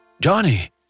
Johnny